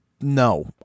no